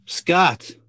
Scott